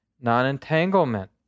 Non-entanglement